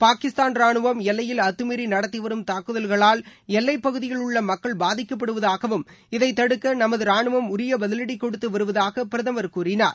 பாகிஸ்தான் ரானுவம் எல்லையில் அத்துமீறி நடத்தி வரும் தாக்குதல்களால் எல்லைப்பகுதியிலுள்ள மக்கள் பாதிக்கப்படுவதாகவும் இதை தடுக்க நமது ராணுவம் உரிய பதிவடி கொடுத்து வருவதாக பிரதமர் கூறினார்